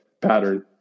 pattern